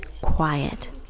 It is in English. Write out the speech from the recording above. quiet